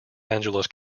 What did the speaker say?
angeles